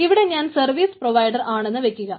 ഇവിടെ ഞാൻ service provider ആണെന്ന് വയ്ക്കുക